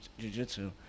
jujitsu